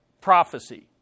prophecy